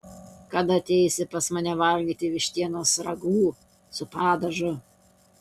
kada ateisi pas mane valgyti vištienos ragu su padažu